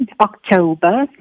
October